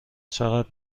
چقدر